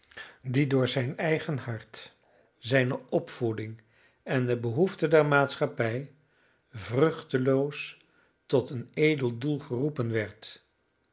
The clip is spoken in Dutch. die door zijn eigen hart zijne opvoeding en de behoeften der maatschappij vruchteloos tot een edel doel geroepen werd